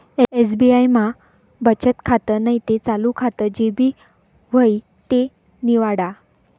SBI मा बचत खातं नैते चालू खातं जे भी व्हयी ते निवाडा